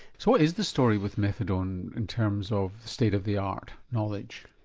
so what is the story with methadone in terms of state of the art knowledge?